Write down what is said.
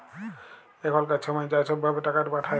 এখলকার ছময়ে য ছব ভাবে টাকাট পাঠায়